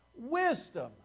wisdom